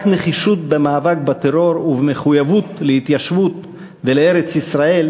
רק נחישות במאבק בטרור ומחויבות להתיישבות ולארץ-ישראל